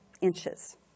inches